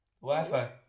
Wi-Fi